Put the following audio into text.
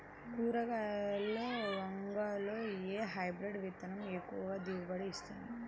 కూరగాయలలో వంగలో ఏ హైబ్రిడ్ విత్తనం ఎక్కువ దిగుబడిని ఇస్తుంది?